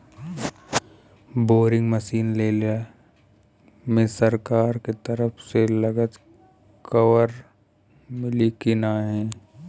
Boring machine लेला मे सरकार के तरफ से लागत कवर मिली की नाही?